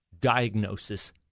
diagnosis